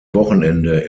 wochenende